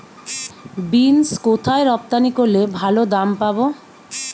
Beans কোথায় রপ্তানি করলে ভালো দাম পাব?